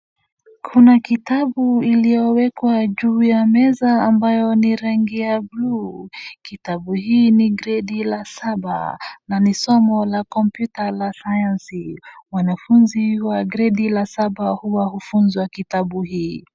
Kuna kitabu iliyowekwa juu ya meza ambayo ni rangi ya bluu. Kitabu hii ni gredi la saba na ni somo la kompyuta la sayansi. Mwanafunzi wa gredi la saba huwa hufunzwa kitabu hii.